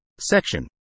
Section